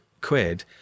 quid